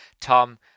Tom